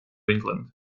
england